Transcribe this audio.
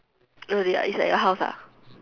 really ah is like your house ah